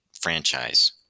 franchise